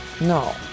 No